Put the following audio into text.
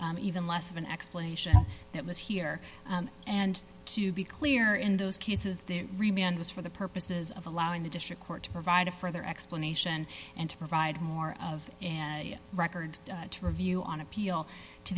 was even less of an explanation that was here and to be clear in those cases there remained was for the purposes of allowing the district court to provide a further explanation and to provide more of a record to review on appeal to